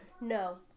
no